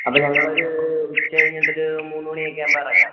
അപ്പം ഞങ്ങളൊരു ഉച്ചകഴിഞ്ഞിട്ടൊരു മൂന്ന് മണിയൊക്കെയാവുമ്പം ഇറങ്ങാം